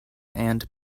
and